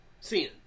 sin